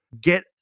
Get